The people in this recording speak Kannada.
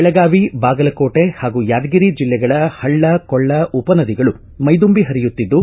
ಬೆಳಗಾವಿ ಬಾಗಲಕೋಟೆ ಹಾಗೂ ಯಾದಗಿರಿ ಜಿಲ್ಲೆಗಳ ಹಳ್ಳ ಕೊಳ್ಳ ಉಪ ನದಿಗಳು ಮೈದುಂಬಿ ಪರಿಯುತ್ತಿದ್ದು